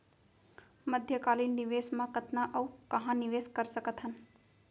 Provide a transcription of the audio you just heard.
मध्यकालीन निवेश म कतना अऊ कहाँ निवेश कर सकत हन?